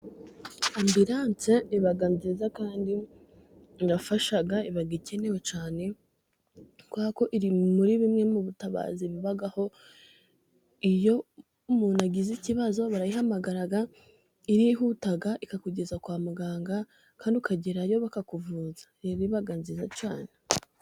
Ambilanse iba nziza kandi irafasha. Iba ikenewe cyane kubera ko iri muri bimwe mu butabazi bubaho. Iyo umuntu agize ikibazo barayihamagara, irihuta ikakugeza kwa muganga kandi ukagerayo bakakuvuza. Rero iba nziza cyane.